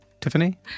tiffany